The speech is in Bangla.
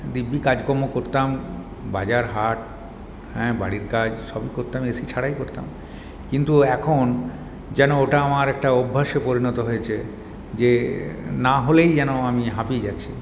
দিব্যি কাজকর্ম করতাম বাজার হাট হ্যাঁ বাড়ির কাজ সবই করতাম এসি ছাড়াই করতাম কিন্তু এখন যেন ওটা আমার একটা অভ্যাসে পরিণত হয়েছে যে না হলেই যেন আমি হাঁপিয়ে যাচ্ছি